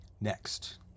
next